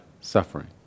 suffering